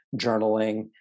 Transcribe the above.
journaling